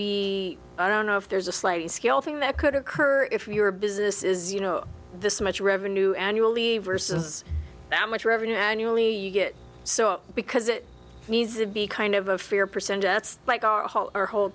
be i don't know if there's a sliding scale thing that could occur if your business is you know this much revenue annual leave versus how much revenue annually you get so because it needs to be kind of a fair percentage it's like our whole our whole